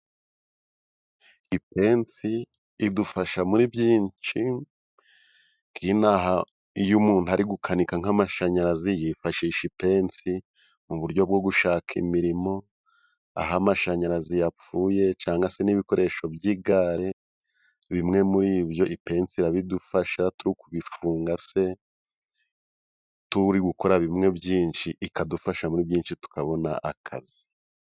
Ipensi idufasha muri byinshi nk'inaha iyo umuntu ari gukanika nk'amashanyarazi yifashisha ipensi. Mu buryo bwo gushaka imirimo aho amashanyarazi yapfuye cangwa se n'ibikoresho by'igare bimwe muri ibyo, ipensi irabidufasha, turi kubifunga se, turi gukora bimwe byinshi ikadufasha muri byinshi tukabona akazi.